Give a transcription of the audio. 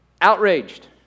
Outraged